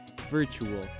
virtual